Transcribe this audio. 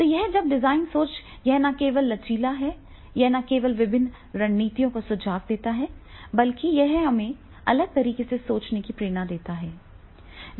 तो यहाँ जब डिजाइन सोच यह न केवल लचीला है यह न केवल विभिन्न रणनीतियों का सुझाव देता है बल्कि यह हमें अलग तरीके से सोचने के लिए एक प्रेरणा देता है